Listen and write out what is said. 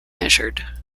measured